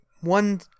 one